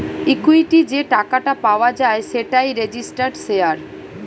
equity যে টাকাটা পাওয়া যায় সেটাই রেজিস্টার্ড শেয়ার